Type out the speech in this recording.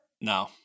No